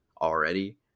already